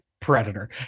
predator